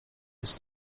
ist